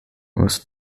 was